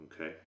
Okay